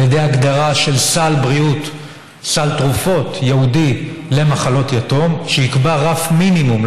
על ידי הגדרה של סל תרופות ייעודי למחלות יתום שיקבע רף מינימום,